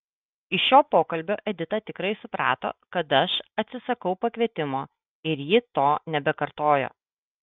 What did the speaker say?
iš šio pokalbio edita tikrai suprato kad aš atsisakau pakvietimo ir ji to nebekartojo